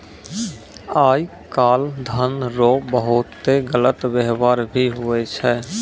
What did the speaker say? आय काल धन रो बहुते गलत वेवहार भी हुवै छै